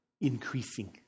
increasing